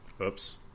Oops